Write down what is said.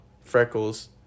Freckles